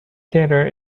theatre